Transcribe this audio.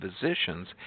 physicians